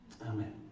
Amen